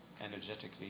energetically